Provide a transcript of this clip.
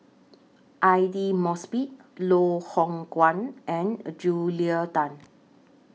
Aidli Mosbit Loh Hoong Kwan and Julia Tan